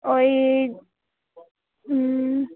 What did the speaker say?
ওই হুম